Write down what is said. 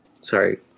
Sorry